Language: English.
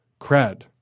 cred